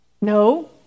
No